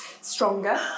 stronger